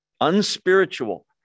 Unspiritual